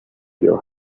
your